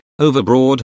overbroad